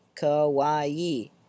Kawaii